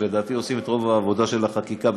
שלדעתי עושים רוב את העבודה של החקיקה,